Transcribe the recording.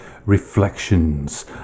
reflections